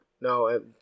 No